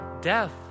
death